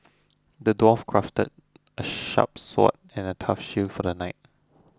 the dwarf crafted a sharp sword and a tough shield for the knight